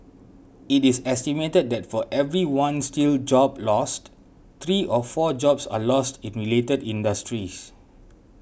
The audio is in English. it is estimated that for every one steel job lost three or four jobs are lost in related industries